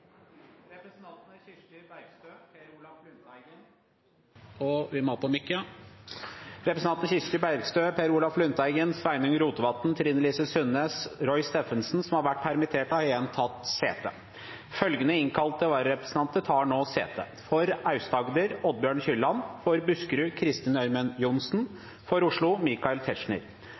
Representantene Kirsti Bergstø , Per Olaf Lundteigen , Sveinung Rotevatn , Trine Lise Sundnes og Roy Steffensen , som har vært permittert, har igjen tatt sete. Følgende innkalte vararepresentanter tar nå sete: For Aust-Agder: Oddbjørn Kylland For Buskerud: Kristin Ørmen Johnsen For Oslo: Michael Tetzschner